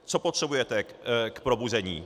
Co potřebujete k probuzení?